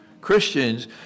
Christians